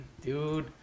Dude